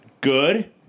good